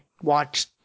watch